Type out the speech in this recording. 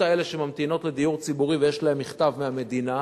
האלה שממתינות לדיור ציבורי ויש להן מכתב מהמדינה,